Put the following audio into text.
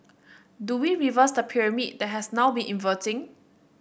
do we reverse the pyramid that has now been inverting